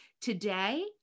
Today